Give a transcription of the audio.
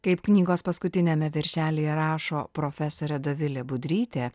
kaip knygos paskutiniame viršelyje rašo profesorė dovilė budrytė